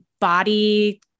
body